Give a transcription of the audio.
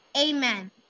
amen